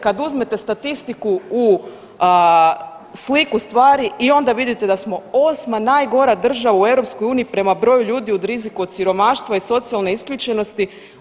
Kad uzmete statistiku u sliku stvari i onda vidite da smo 8. najgora država u EU prema broju ljudi u riziku od siromaštva i socijalne isključenosti.